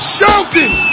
Shouting